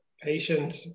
patient